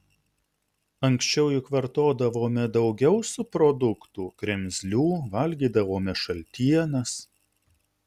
anksčiau juk vartodavome daugiau subproduktų kremzlių valgydavome šaltienas